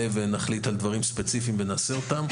ונחליט על דברים ספציפיים ונעשה אותם.